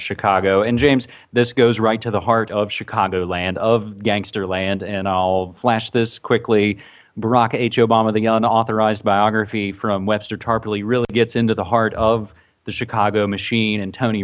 chicago and james this goes right to the heart of chicagoland of gangster land and i'll flash this quickly barack h obama the unauthorized biography from webster tarpley really gets into the heart of the chicago machine and tony